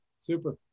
Super